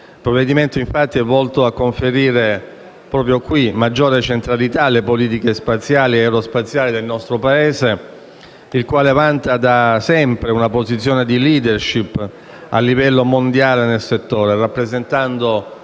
Il provvedimento è volto infatti a conferire maggiore centralità alle politiche spaziali e aerospaziali del nostro Paese, il quale vanta da sempre una posizione di *leadership* a livello mondiale nel settore, rappresentando